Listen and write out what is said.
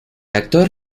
actor